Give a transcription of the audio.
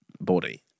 body